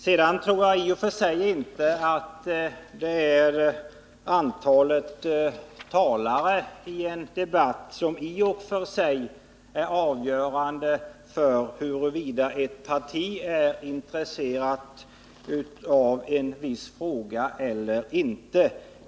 Jag tror inte det är antalet talare i en debatt som är avgörande för huruvida ett parti är intresserat av en viss fråga eller inte.